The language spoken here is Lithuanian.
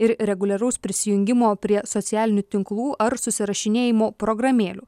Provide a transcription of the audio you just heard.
ir reguliaraus prisijungimo prie socialinių tinklų ar susirašinėjimo programėlių